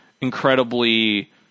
incredibly